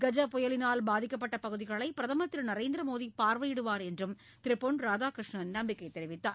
கஜ புயலினால் பாதிக்கப்பட்ட பகுதிகளை பிரதமர் திரு நரேந்திர மோடி பார்வையிடுவார் என்றும் திரு பொன் ராதாகிருஷ்ணன் நம்பிக்கை தெரிவித்தார்